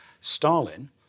Stalin